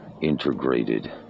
integrated